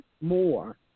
more